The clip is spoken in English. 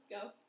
Go